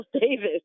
Davis